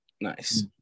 Nice